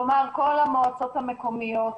כלומר כל המועצות המקומיות,